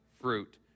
fruit